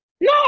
No